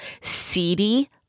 seedy